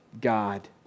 God